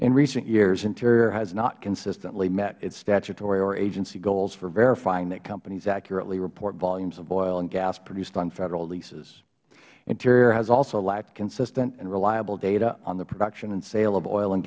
in recent years interior has not consistently met its statutory or agency goals for verifying that companies accurately report volumes of oil and gas produced on federal leases interior has also lacked consistent and reliable data on the production and sale of oil and